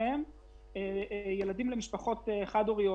אחריהם יהיו ילדים למשפחות חד הוריות,